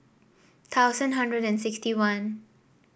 thousand hundred and sixty one